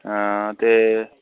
हां ते